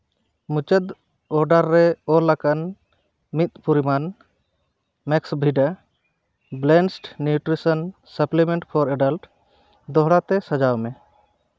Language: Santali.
ᱢᱩᱪᱟᱹᱫ ᱚᱰᱟᱨ ᱨᱮ ᱚᱞ ᱟᱠᱟᱱ ᱢᱤᱫ ᱯᱚᱨᱤᱢᱟᱱ ᱢᱮᱠᱥᱵᱷᱤᱰᱟ balanced nutrition supplement for adult ᱫᱚᱦᱲᱟ ᱛᱮ ᱥᱟᱡᱟᱣ ᱢᱮ